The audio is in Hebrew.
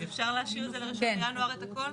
אז אפשר להשאיר לראשון לינואר את הכל?